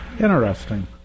Interesting